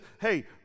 hey